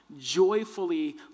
joyfully